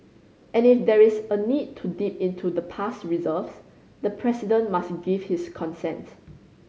and if there is a need to dip into the past reserves the President must give his consent